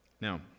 Now